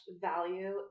value